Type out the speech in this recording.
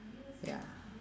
ya